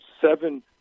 seven